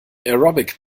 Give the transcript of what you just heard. aerobic